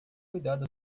cuidado